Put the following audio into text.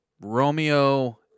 Romeo